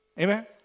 Amen